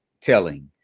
telling